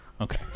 Okay